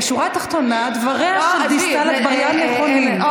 בשורה התחתונה, דבריה של דיסטל אטבריאן נכונים.